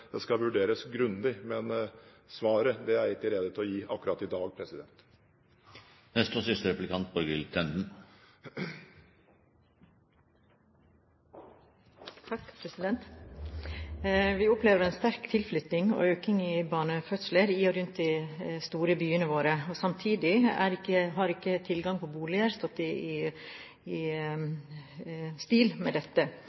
dette skal vurderes grundig, men svaret er jeg ikke rede til å gi akkurat i dag. Vi opplever en sterk tilflytting og økning i barnefødsler i og rundt de store byene våre. Samtidig har ikke tilgangen på boliger stått i forhold til dette, og resultatet blir da en prisøkning, som ingen av oss ønsker. Ifølge SSB vil prisstigningen i